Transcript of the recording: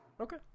okay